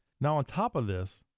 now on top of this,